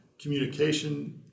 communication